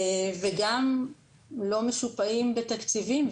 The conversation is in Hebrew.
גם לא משופעים בתקציבים,